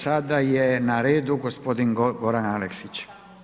Sada je na redu g. Goran Aleksić.